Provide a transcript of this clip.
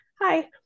Hi